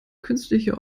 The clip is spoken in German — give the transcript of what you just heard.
künstliche